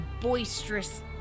boisterous